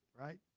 Right